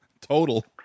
total